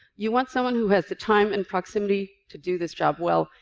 you want someone who has the time and proximity to do this job well,